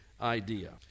idea